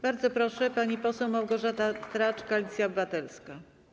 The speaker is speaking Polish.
Bardzo proszę, pani poseł Małgorzata Tracz, Koalicja Obywatelska.